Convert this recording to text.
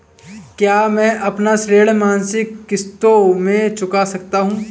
क्या मैं अपना ऋण मासिक किश्तों में चुका सकता हूँ?